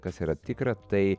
kas yra tikra tai